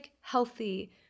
healthy